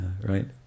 right